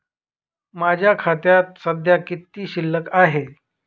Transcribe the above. माझ्या खात्यात सध्या किती शिल्लक आहे?